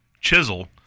chisel